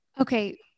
Okay